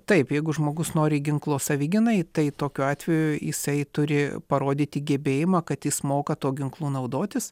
taip jeigu žmogus nori ginklų savigynai tai tokiu atveju jisai turi parodyti gebėjimą kad jis moka tuo ginklu naudotis